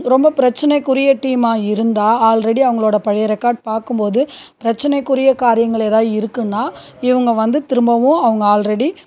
ரொம்ப பிரச்சினைக்குரிய டீமாகே இருந்தால் ஆல்ரெடி அவங்களோட பழைய ரெக்கார்ட் பார்க்கும் போது பிரச்சினைக்குரிய காரியங்கள் எதாது இருக்குதுன்னா இவங்க வந்து திரும்பவும் அவங்க ஆல்ரெடி